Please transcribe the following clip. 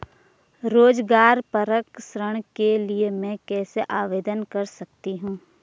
रोज़गार परक ऋण के लिए मैं कैसे आवेदन कर सकतीं हूँ?